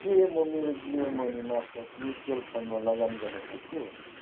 के म मेरो जियो मनीमार्फत् म्युचुअल फन्डमा लगानी गर्न सक्छु